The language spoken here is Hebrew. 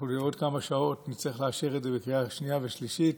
אנחנו בעוד כמה שעות נצטרך לאשר את זה בקריאות שנייה ושלישית,